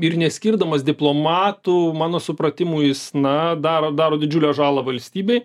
ir neskirdamas diplomatų mano supratimu jis na daro daro didžiulę žalą valstybei